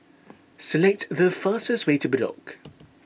select the fastest way to Bedok